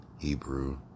Hebrew